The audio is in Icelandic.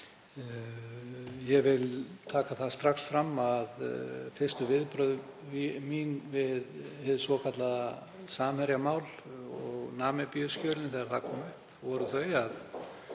Ég vil taka það strax fram að fyrstu viðbrögð mín við hinu svokallaða Samherjamáli og Namibíuskjölunum þegar það kom upp, voru þau að